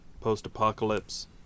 post-apocalypse